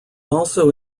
also